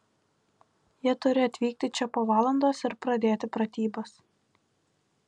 jie turi atvykti čia po valandos ir pradėti pratybas